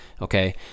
Okay